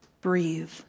Breathe